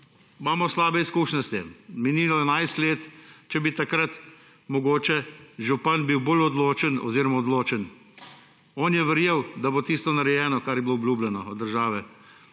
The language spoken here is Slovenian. Imamo pa slabe izkušnje s tem. Minilo je 11 let. Če bi takrat mogoče bil župan bolj odločen – oziroma odločen, on je verjel, da bo tisto narejeno, kar je bilo obljubljeno od države,